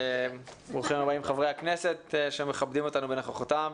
ברוכים הבאים חברי הכנסת שמכבדים אותנו בנוכחותם.